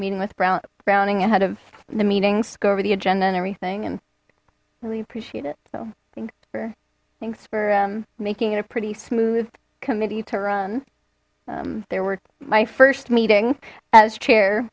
meeting with brown browning ahead of the meetings go over the agenda and everything and really appreciate it so thank you thanks for making it a pretty smooth committee to run there were my first meeting chair